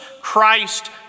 Christ